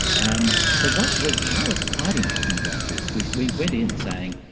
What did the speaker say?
um but what was what was quite interesting about this, we we went in saying,